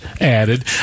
added